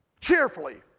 Cheerfully